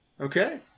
Okay